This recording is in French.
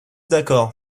d’accord